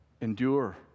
Endure